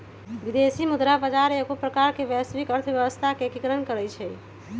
विदेशी मुद्रा बजार एगो प्रकार से वैश्विक अर्थव्यवस्था के एकीकरण करइ छै